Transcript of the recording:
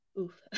Oof